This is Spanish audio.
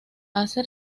hace